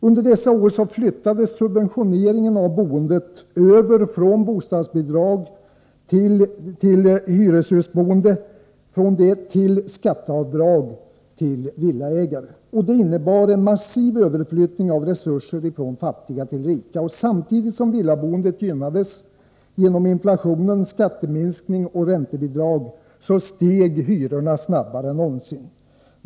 Under dessa år flyttades subventioneringen av boendet över från bostadsbidrag för hyreshusboende till skatteavdrag för villaägare. Detta innebar en massiv överflyttning av resurser från fattiga till rika. Samtidigt som villaboendet gynnades av inflationen, skatteminskning och räntebidrag steg hyrorna snabbare än någonsin.